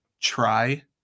try